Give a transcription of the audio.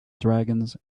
dragons